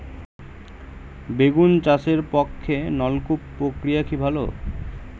বেগুন চাষের পক্ষে নলকূপ প্রক্রিয়া কি ভালো?